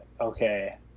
Okay